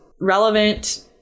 relevant